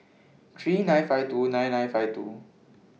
three nine five two nine nine five two